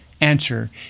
Answer